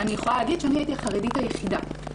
הייתי החרדית היחידה.